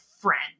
friend